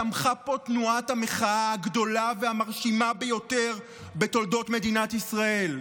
צמחה פה תנועת המחאה הגדולה והמרשימה ביותר בתולדות מדינת ישראל,